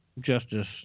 Justice